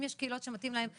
אם יש קהילות שמתאים להן "אבא"